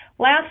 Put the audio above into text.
last